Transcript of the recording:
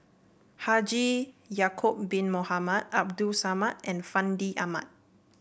Haji Ya'acob Bin Mohamed Abdul Samad and Fandi Ahmad